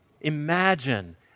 Imagine